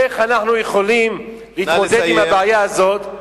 איך אנחנו יכולים להתמודד עם הבעיה הזאת,